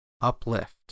uplift